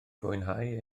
fwynhau